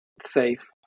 safe